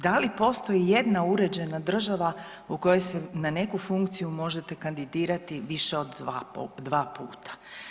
Da li postoji ijedna uređena država u kojoj se na neku funkciju možete kandidirati više od dva puta?